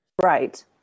Right